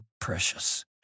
precious